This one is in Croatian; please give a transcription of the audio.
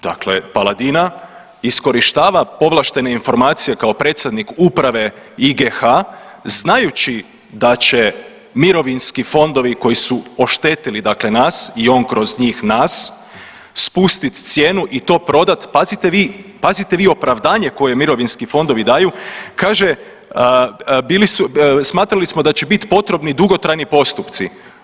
Dakle, Paladina iskorištava povlaštene informacije kao predsjednik uprave IGH znajući da će mirovinski fondovi koji su oštetili nas i on kroz njih nas, spustit cijenu i to prodat pazite vi opravdanje koje mirovinski fondovi daju, kaže smatrali smo da će bit potrebni dugotrajni postupci.